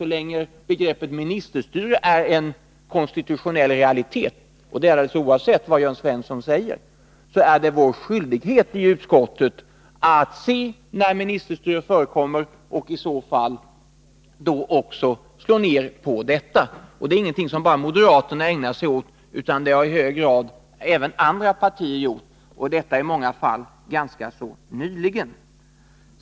Så länge begreppet ministerstyre är en konstitutionell realitet — och det är det alldeles oavsett vad Jörn Svensson säger — är det vår skyldighet i utskottet att se upp när ministerstyre förekommer och i så fall också slå ner på detta. Det är ingenting som bara moderaterna ägnar sig åt, utan det har i hög grad även andra partier gjort, i många fall ganska nyligen.